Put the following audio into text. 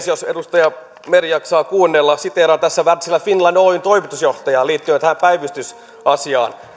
jos edustaja meri jaksaa kuunnella siteeraan tässä wärtsilä finland oyn toimitusjohtajaa liittyen tähän päivystysasiaan